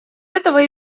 этого